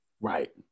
Right